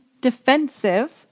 defensive